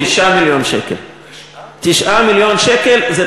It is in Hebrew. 9 מיליון שקלים.